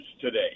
today